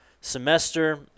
semester